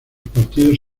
partidos